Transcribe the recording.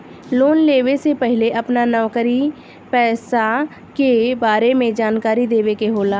Loan लेवे से पहिले अपना नौकरी पेसा के बारे मे जानकारी देवे के होला?